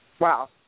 Wow